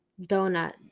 donut